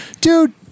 Dude